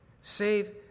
Save